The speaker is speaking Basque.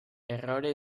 errore